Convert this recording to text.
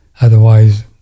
Otherwise